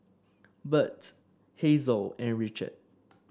Bert Hazel and Richard